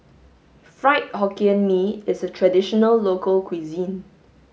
fried hokkien mee is a traditional local cuisine